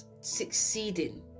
succeeding